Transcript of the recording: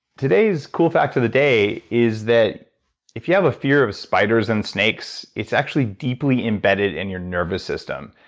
today's cool fact of the day is that if you have a fear of spiders and snakes, it's actually deeply embedded in your nervous system.